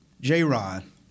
J-Ron